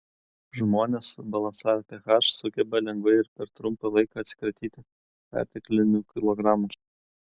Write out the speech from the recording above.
žmonės subalansavę ph sugeba lengvai ir per trumpą laiką atsikratyti perteklinių kilogramų